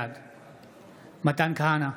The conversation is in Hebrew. בעד מתן כהנא,